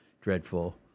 dreadful